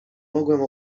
mogłem